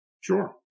Sure